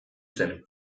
zen